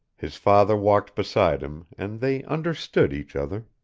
his father walked beside him and they understood each other.